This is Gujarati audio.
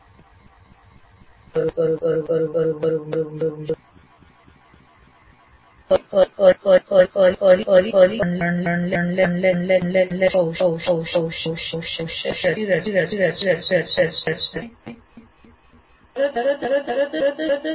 તેનો અર્થ એ કે ફરી એકવાર પહેલાંનું ઉદાહરણ લેતા જો કૌશલ ઇલેક્ટ્રોનિક સર્કિટ ની રચના સાથે સંબંધિત છે તો વિદ્યાર્થીએ તરત જ સર્કિટ ની રચના કરવાના તે જ્ઞાનને લાગુ કરવું જોઈએ